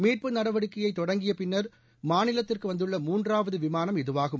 மீட்பு நடவடிக்கையை தொடங்கிய பின்னா் மாநிலத்திற்கு வந்துள்ள மூன்றாவது விமானம் இதுவாகும்